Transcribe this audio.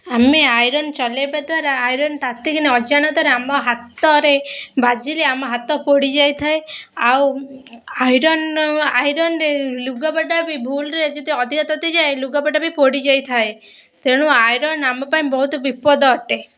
ଆମେ ଆଇରନ୍ ଚଲେଇବା ଦ୍ୱାରା ଆଇରନ୍ ତାତିକି ନା ଅଜାଣତରେ ଆମ ହାତରେ ବାଜିଲେ ଆମ ହାତ ପୋଡ଼ିଯାଇଥାଏ ଆଉ ଆଇରନ୍ ଆଇରନ୍ରେ ଲୁଗାପଟା ବି ଭୁଲରେ ଯଦି ଅଧିକା ତାତି ଯାଏ ଲୁଗାପଟା ବି ପୋଡ଼ିଯାଇଥାଏ ତେଣୁ ଆଇରନ୍ ଆମ ପାଇଁ ବହୁତ ବିପଦ ଅଟେ